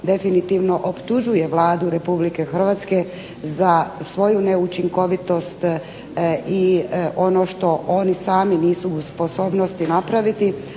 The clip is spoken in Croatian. definitivno optužuje Vladu Republike Hrvatske za svoju neučinkovitost i ono što oni sami nisu u sposobnosti napraviti,